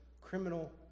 criminal